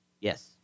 Yes